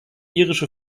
irische